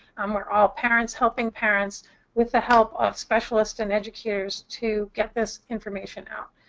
um we're all parents helping parents with the help of specialists and educators to get this information out.